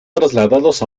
trasladados